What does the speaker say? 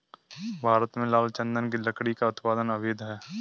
भारत में लाल चंदन की लकड़ी का उत्पादन अवैध है